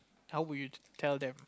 how will you tell them